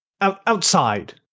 outside